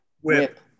whip